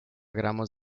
gramos